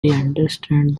understand